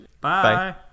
Bye